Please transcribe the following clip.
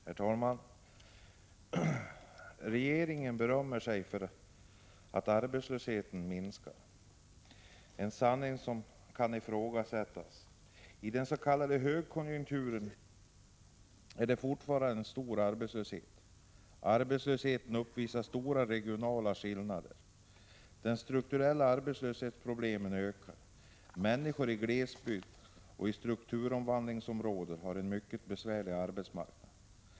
Herr talman! Regeringen berömmer sig av att arbetslösheten minskar, men det är ett påstående vars sanningshalt kan ifrågasättas. I den s.k. högkonjunkturen är det fortfarande stor arbetslöshet. Betydande regionala skillnader uppvisas, och de strukturella arbetslöshetsproblemen ökar. Män niskor i glesbygd och strukturomvandlingsområden har en mycket besvärlig arbetsmarknad.